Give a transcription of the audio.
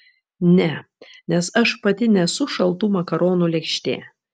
ne nes aš pati nesu šaltų makaronų lėkštė